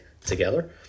together